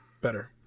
Better